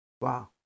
Wow